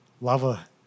lava